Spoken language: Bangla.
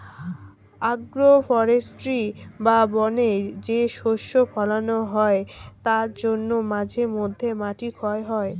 আগ্রো ফরেষ্ট্রী বা বনে যে শস্য ফোলানো হয় তার জন্যে মাঝে মধ্যে মাটি ক্ষয় হয়